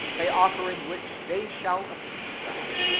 by offering which they shall appease god,